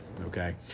okay